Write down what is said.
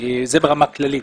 זה ברמה כללית.